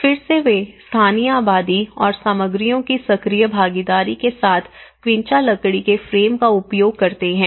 फिर से वे स्थानीय आबादी और सामग्रियों की सक्रिय भागीदारी के साथ क्विंचा लकड़ी के फ्रेम का उपयोग करते हैं